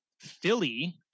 philly